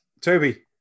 Toby